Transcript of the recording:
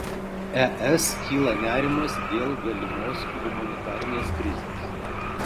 es kyla nerimas dėl galimos humanitarinės krizės